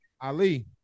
Ali